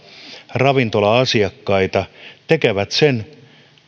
ravintolan asiakkaita tekevät sen